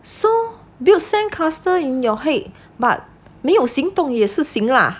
so build sandcastle in your head but 没有行动也是行 lah